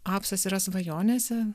apsas yra svajonėse